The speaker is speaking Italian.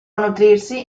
nutrirsi